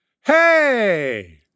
Hey